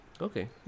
Okay